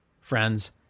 friends